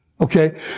Okay